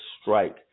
strike